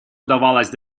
удавалось